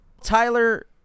Tyler